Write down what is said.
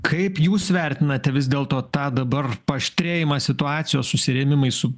kaip jūs vertinate vis dėlto tą dabar paaštrėjimą situacijos susirėmimai su